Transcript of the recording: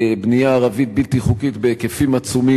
בנייה ערבית בלתי חוקית בהיקפים עצומים,